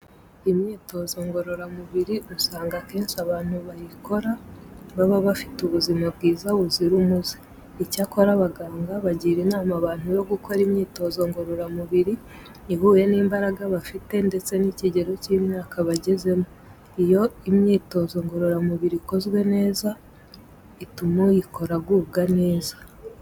Imyitozo ngororamubiri usanga akenshi abantu bayikora baba bafite ubuzima bwiza buzira umuze. Icyakora abaganga bagira inama abantu yo gukora imyitozo ngororamubiri ihuye n'imbaraga bafite ndetse n'ikigero cy'imyaka bagezemo. Iyo imyitozo ngororamubiri ikozwe neza ituma uyikora agubwa neza.